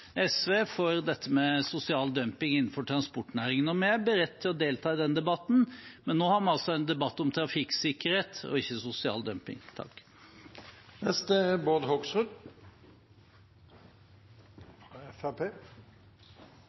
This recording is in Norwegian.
dette med sosial dumping innenfor transportnæringen. Vi er beredt til å delta i den debatten, men nå har vi altså en debatt om trafikksikkerhet og ikke om sosial dumping.